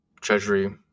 treasury